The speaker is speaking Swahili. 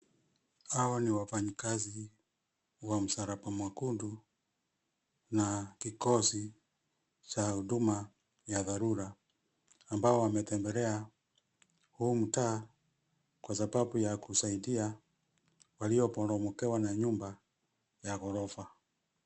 Hawa ni wafanyikazi, wa Msalaba Mwekundu, na, kikosi, cha huduma, ya dharura, ambao wametembelea, huu mtaa, kwa sababu ya kusaidia, walioporomokewa na nyumba, ya ghorofa.